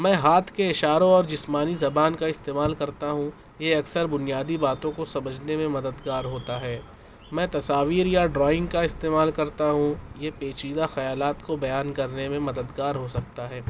میں ہاتھ کے اشاروں اور جسمانی زبان کا استعمال کرتا ہوں یہ اکثر بنیادی باتوں کو سمجھنے میں مددگار ہوتا ہے میں تصاویر یا ڈرائنگ کا استعمال کرتا ہوں یہ پیچیدہ خیالات کو بیان کرنے میں مددگار ہو سکتا ہے